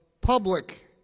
Public